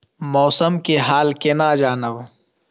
मौसम के हाल केना जानब?